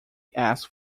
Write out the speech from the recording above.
asked